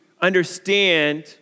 understand